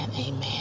amen